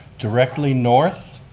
directly north,